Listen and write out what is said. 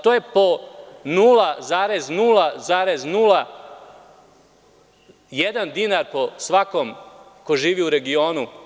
To je po 0,001 dinar po svakom ko živi u regionu.